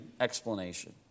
explanation